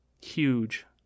huge